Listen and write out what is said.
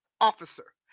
officer